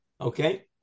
Okay